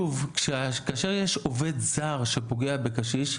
כאשר יש עובד זר שפוגע בקשיש,